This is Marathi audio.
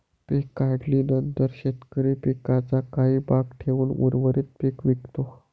पीक काढणीनंतर शेतकरी पिकाचा काही भाग ठेवून उर्वरित पीक विकतो